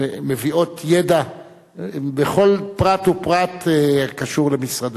שמביאות ידע בכל פרט ופרט הקשור למשרדו.